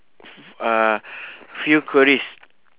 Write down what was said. uh few queries